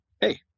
hey